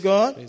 God